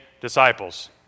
disciples